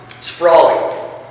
Sprawling